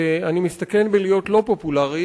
ואני מסתכן בלהיות לא פופולרי,